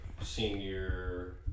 senior